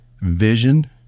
vision